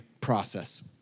process